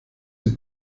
die